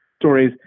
stories